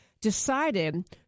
decided